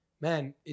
man